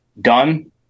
done